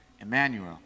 Emmanuel